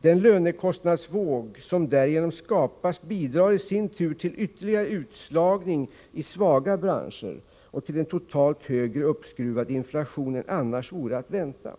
Den lönekostnadsvåg som härigenom skapas bidrar i sin tur till ytterligare utslagning i svaga branscher och till en totalt högre uppskruvad inflation än annars vore att vänta.